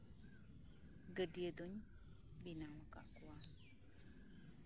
ᱜᱟᱹᱰᱭᱟᱹ ᱫᱩᱧ ᱵᱮᱱᱟᱣ ᱟᱠᱟᱫ ᱠᱚᱣᱟ